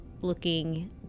looking